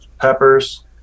peppers